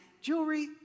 jewelry